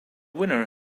winner